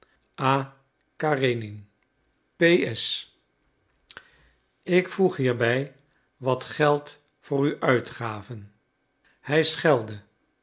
p s ik voeg hierbij wat geld voor uw uitgaven hij schelde